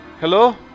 Hello